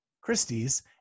Christie's